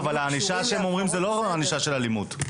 הענישה שהם אומרים זה לא ענישה של אלימות.